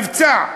מבצע,